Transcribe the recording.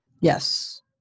Yes